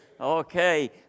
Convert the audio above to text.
Okay